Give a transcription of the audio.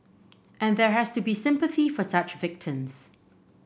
and there has to be sympathy for such victims